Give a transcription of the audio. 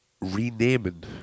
renaming